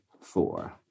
four